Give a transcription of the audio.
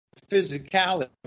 physicality